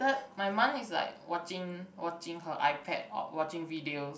my mum is like watching watching her iPad or watching videos